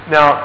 Now